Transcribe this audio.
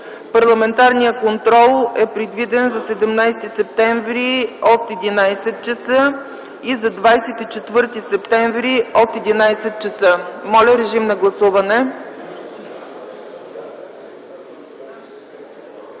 Парламентарният контрол е предвиден за 17 септември от 11,00 ч. и за 24 септември от 11,00 ч. Моля, гласувайте.